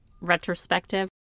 retrospective